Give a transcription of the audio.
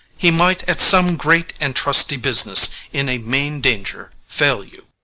he might at some great and trusty business in a main danger fail you.